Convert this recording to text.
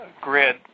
grid